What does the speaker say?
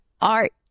Art